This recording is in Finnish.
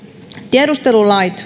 tiedustelulait